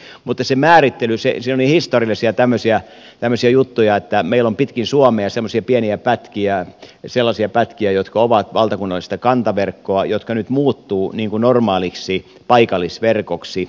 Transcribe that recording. mutta siinä määrittelyssä oli historiallisia tämmöisiä juttuja että meillä on pitkin suomea semmoisia pieniä pätkiä sellaisia pätkiä jotka ovat valtakunnallista kantaverkkoa jotka nyt muuttuvat normaaliksi paikallisverkoksi